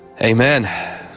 Amen